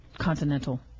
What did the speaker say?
Continental